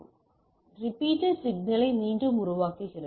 எனவே ரிப்பீட்டர் சிக்னலை மீண்டும் உருவாக்குகிறது